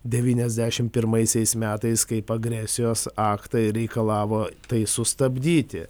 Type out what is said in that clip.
devyniasdešimt pirmaisiais metais kaip agresijos aktą ir reikalavo tai sustabdyti